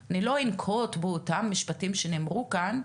אני לא אנקוט באותם משפטים שנאמרו כאן,